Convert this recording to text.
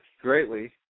greatly